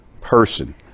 person